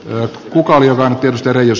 nyt kuka oli vain typerä jos